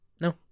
No